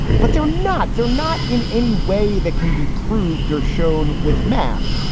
but they're not they're not in any way that can be proved or shown with math.